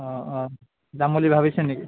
অঁ অঁ যাম বুলি ভাবিছে নেকি